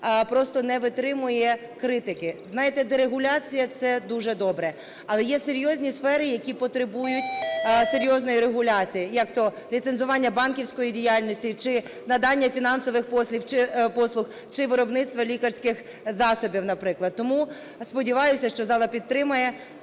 просто не витримує критики. Знаєте, дерегуляція – це дуже добре, але є серйозні сфери, які потребують серйозної регуляції, як то ліцензування банківської діяльності чи надання фінансових послуг, чи виробництво лікарських засобів, наприклад. Тому сподіваюсь, що зала підтримає